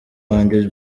wanjye